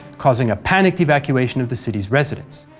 causing a panicked evacuation of the city's residents.